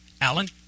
Alan